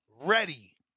ready